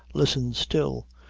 listen still!